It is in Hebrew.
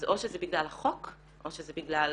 אז או שזה בגלל החוק או שזה בגלל